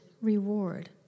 reward